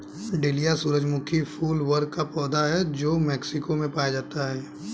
dahlia सूरजमुखी फूल वर्ग का पौधा है जो मेक्सिको में पाया जाता है